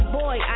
boy